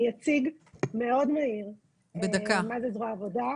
אני אציג מאוד מהיר מה זה זרוע העבודה.